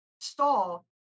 stall